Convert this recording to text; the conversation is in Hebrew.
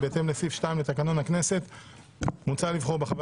בהתאם לסעיף 2 לתקנון הכנסת מוצע לבחור בחבר